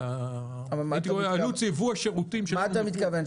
מה שנקרא עלות --- מה אתה מתכוון?